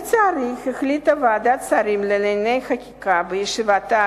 לצערי החליטה וועדת שרים לענייני חקיקה בישיבתה